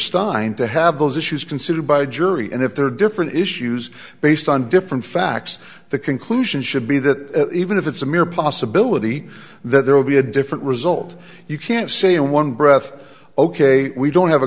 stein to have those issues considered by a jury and if there are different issues based on different facts the conclusion should be that even if it's a mere possibility that there will be a different result you can't say in one breath ok we don't have a